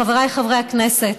חבריי חברי הכנסת,